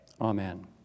Amen